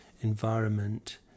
environment